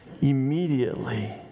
Immediately